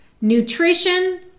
nutrition